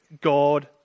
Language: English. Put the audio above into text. God